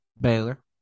Baylor